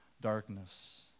darkness